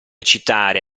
citare